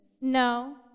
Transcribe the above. no